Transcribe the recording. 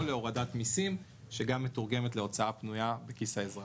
להורדת מיסים שגם מתורגמת להוצאה פנויה בכיס האזרח.